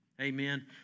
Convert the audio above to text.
Amen